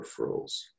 referrals